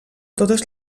totes